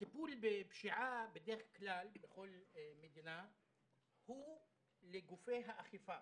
הטיפול בפשיעה בדרך כלל בכל מדינה הוא לגופי האכיפה,